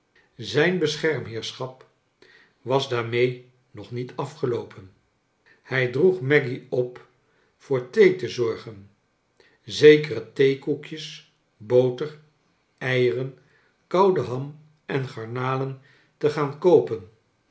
zijn beschermheerschap was daarmee nog niet afgeloopen hij droeg maggy op voor thee te zorgen zekere theekoekjes boter eieren koude ham en garnalen te gaan koopen